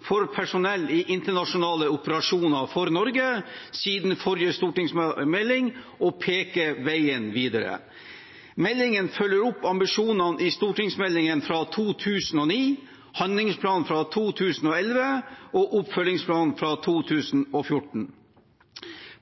for personell i internasjonale operasjoner for Norge siden forrige stortingsmelding og peke ut veien videre. Meldingen følger opp ambisjonene i stortingsmeldingen fra 2009, handlingsplanen fra 2011 og oppfølgingsplanen fra 2014.